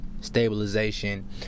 stabilization